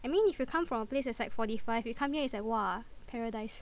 I mean if you come from a place that is like forty five you come here is like !wah! paradise